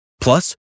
Plus